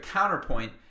counterpoint